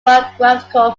biographical